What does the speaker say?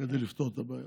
כדי לפתור את הבעיה.